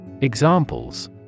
Examples